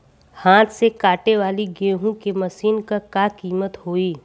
हाथ से कांटेवाली गेहूँ के मशीन क का कीमत होई?